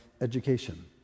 education